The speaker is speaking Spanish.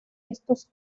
estos